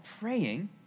praying